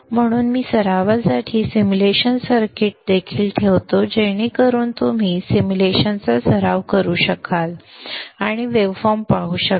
म्हणून मी सरावासाठी सिम्युलेशन सर्किट्स देखील ठेवतो जेणेकरून तुम्ही सिम्युलेशनचा सराव करू शकाल आणि वेव्ह फॉर्म पाहू शकाल